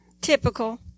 Typical